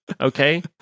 okay